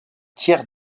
tiers